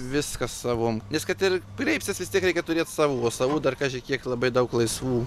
viską savo nes kad ir kreipsies vis tiek reikia turėt savo o savų kaži kiek labai daug laisvų